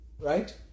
right